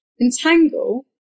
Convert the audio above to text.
entangle